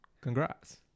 congrats